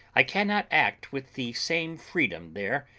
i cannot act with the same freedom there,